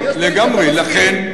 יש דברים שאתה מסכים,